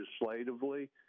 legislatively